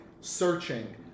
searching